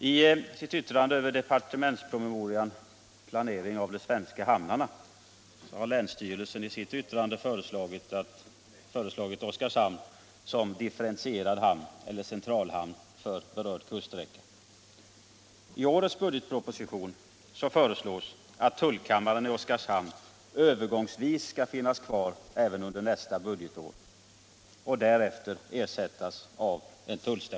I sitt yttrande över departementspromemorian Planering av de svenska hamnarna har länsstyrelsen föreslagit Oskarshamn som differentierad hamn eller centralhamn för berörd kuststräcka.